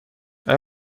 آیا